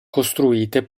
costruite